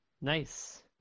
Nice